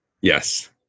Yes